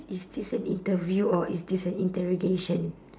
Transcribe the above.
is this an interview or is this an interrogation